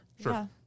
Sure